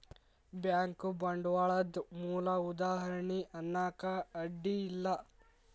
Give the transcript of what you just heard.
bank ಬಂಡ್ವಾಳದ್ ಮೂಲ ಉದಾಹಾರಣಿ ಅನ್ನಾಕ ಅಡ್ಡಿ ಇಲ್ಲಾ